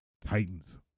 Titans